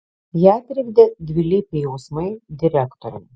ją trikdė dvilypiai jausmai direktoriui